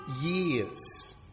years